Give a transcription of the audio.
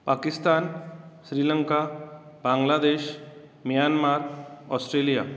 Pakistan Sri Lanka Bangladesh Myanmar Australia